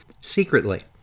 secretly